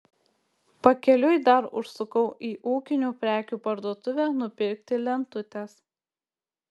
pakeliui dar užsukau į ūkinių prekių parduotuvę nupirkti lentutės